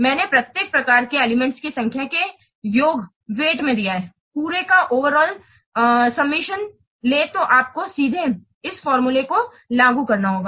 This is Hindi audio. मैंने प्रत्येक प्रकार के एलिमेंट की संख्या के योग वेट में दिया है पुरे का ओवरआल सुम्मातिओं लें तो आपको सीधे इस फार्मूला को लागू करना होगा